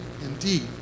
indeed